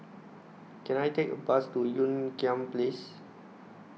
Can I Take A Bus to Ean Kiam Place